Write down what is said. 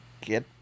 get